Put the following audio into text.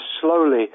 slowly